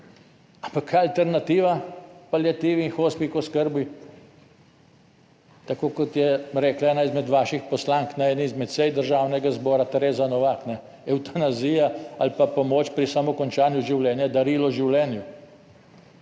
Ampak alternativa paliativi in hospic oskrbi, tako kot je rekla ena izmed vaših poslank na eni izmed sej Državnega zbora Tereza Novak evtanazija ali pa pomoč pri samo končanju življenja, darilo življenju.